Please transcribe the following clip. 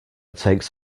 takes